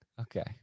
okay